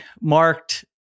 marked